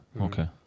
Okay